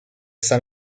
son